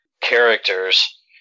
characters